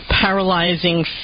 paralyzing